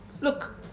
Look